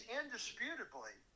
indisputably